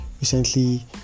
recently